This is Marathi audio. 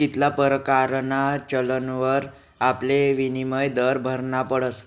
कित्ला परकारना चलनवर आपले विनिमय दर भरना पडस